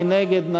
מי נגד?